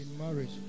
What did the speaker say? marriage